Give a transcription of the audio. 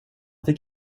fick